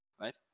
right